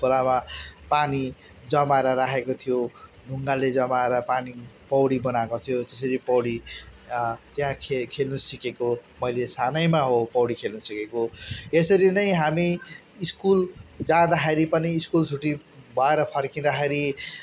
सानो खोलामा पानी जमाएर राखेको थियो ढुङ्गाले जमाएर पानी पौडी बनाएको थियो त्यसरी पौडी त्यहाँ खेल्नु सिकेको मैले सानैमा हो पौडी खेल्नु सिकेको यसरी नै हामी स्कुल जाँदाखेरि पनि स्कुल छुट्टी भएर फर्कँदाखेरि